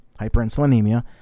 hyperinsulinemia